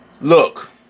look